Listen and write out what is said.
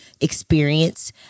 experience